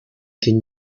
ken